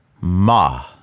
Ma